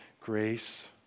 Grace